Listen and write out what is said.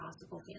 possible